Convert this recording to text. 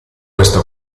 questa